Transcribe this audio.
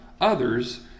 others